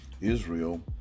Israel